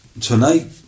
Tonight